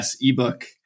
ebook